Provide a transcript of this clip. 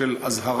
כלשהו של אזהרה